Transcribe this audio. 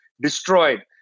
destroyed